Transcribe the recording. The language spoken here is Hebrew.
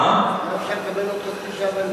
אולי אפשר לקבל עוד חצי שעה?